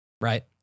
Right